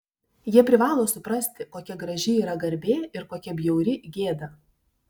jie privalo suprasti kokia graži yra garbė ir kokia bjauri gėda